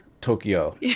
Tokyo